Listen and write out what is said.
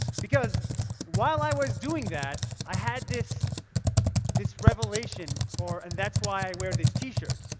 because while i was doing that, i had this this revelation for and that's why i wear this t-shirt.